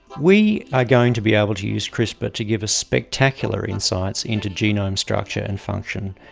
we are going to be able to use crispr to give us spectacular insights into genome structure and function.